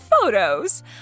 photos